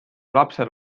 lapsel